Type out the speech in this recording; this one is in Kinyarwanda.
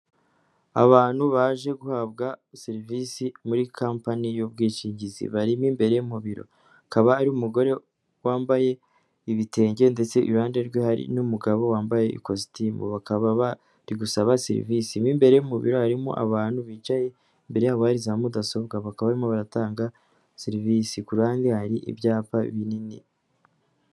Abantu baje guhabwa serivisi muri kompani y'ubwishingizi; barimo imbere mu biro. Akaba ari umugore wambaye ibitenge ndetse iruhande rwe hari n'umugabo wambaye ikositimu; bakaba bari gusaba serivisi. Mo imbere mu biro harimo abantu bicaye, imbere yabo hari za mudasobwa, bakaba barimo baratanga serivisi. Ku ruhande hari ibyapa binini.